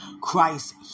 Christ